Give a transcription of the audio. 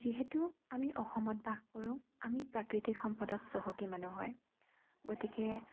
যিহেতু আমি অসমত বাস কৰোঁ আমি প্ৰাকৃতিক সম্পদত চহকী মানুহ হয় গতিকে